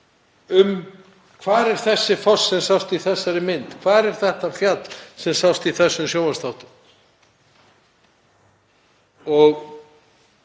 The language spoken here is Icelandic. Hvar er þessi foss sem sást í þessari mynd? Hvar er þetta fjall sem sást í þessum sjónvarpsþáttum?